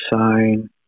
sign